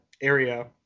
area